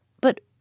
But